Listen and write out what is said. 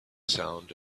sound